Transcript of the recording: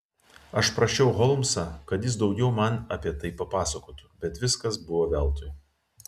aš prašiau holmsą kad jis daugiau man apie tai papasakotų bet viskas buvo veltui